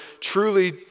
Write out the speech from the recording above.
truly